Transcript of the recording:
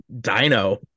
Dino